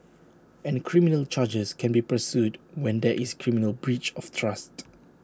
and criminal charges can be pursued when there is criminal breach of trust